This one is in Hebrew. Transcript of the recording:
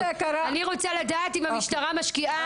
אני רוצה לדעת אם המשטרה משקיעה.